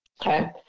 Okay